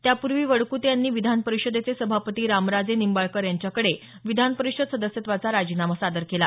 त्यापूर्वी वडक्ते यांनी विधान परिषदेचे सभापती रामराजे निंबाळकर यांच्याकडे विधान परिषद सदस्यत्वाचा राजीनामा सादर केला